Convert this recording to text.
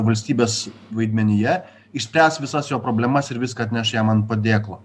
valstybės vaidmenyje išspręs visas jo problemas ir viską atneš jam ant padėklo